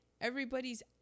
everybody's